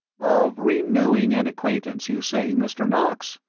of renewing an acquaintance, you say, mr. knox?